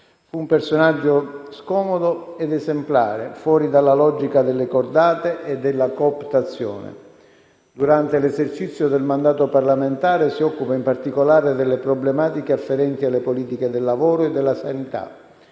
Fu un personaggio scomodo ed esemplare, fuori dalla logica delle cordate e della cooptazione. Durante l'esercizio del mandato parlamentare si occupa in particolare delle problematiche afferenti alle politiche del lavoro e della sanità,